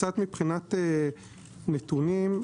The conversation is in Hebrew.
מבחינת נתונים,